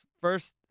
First